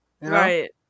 Right